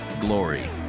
Glory